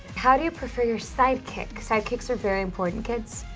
how do you prefer your sidekick? sidekicks are very important, kids.